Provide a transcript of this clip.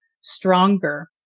stronger